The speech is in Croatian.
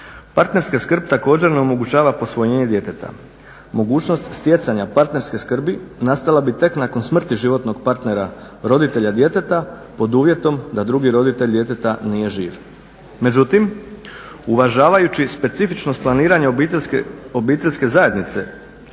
Parterska skrb također ne omogućava posvojenje djeteta, mogućnost stjecanja parterske skrbi nastala bi tek nakon smrti životnog partera roditelja djeteta pod uvjetom da drugi roditelj djeteta nije živ. Međutim, uvažavajući specifičnost planiranja obiteljske zajednice